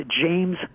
James